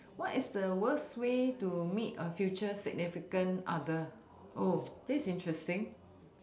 what is the worst way to meet a future significant other oh this is interesting